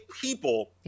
people